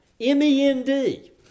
M-E-N-D